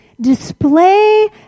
display